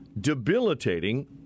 debilitating